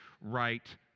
right